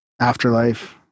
afterlife